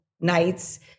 nights